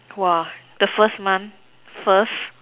!whoa! the first month first